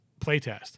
playtest